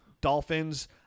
Dolphins